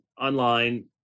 online